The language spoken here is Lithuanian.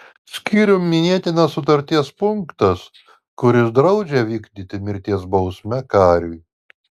skyrium minėtinas sutarties punktas kuris draudžia vykdyti mirties bausmę kariui